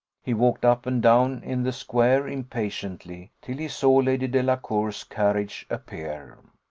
he walked up and down in the square impatiently, till he saw lady delacour's carriage appear.